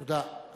תודה.